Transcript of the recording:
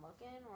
looking